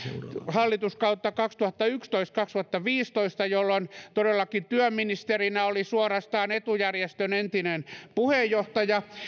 hallituskautta kaksituhattayksitoista viiva kaksituhattaviisitoista jolloin todellakin työministerinä oli suorastaan etujärjestön entinen puheenjohtaja